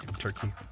Turkey